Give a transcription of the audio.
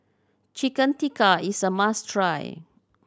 Chicken Tikka is a must try